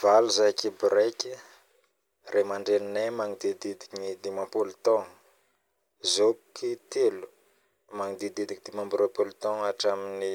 Valo zahay kiboraiky raiamandreninay magnodidigny dimampolo taogno, zôkiky telo magididigny dimy amby roapolo taogno hatramin'ny